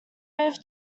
move